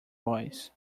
boys